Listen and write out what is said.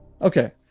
Okay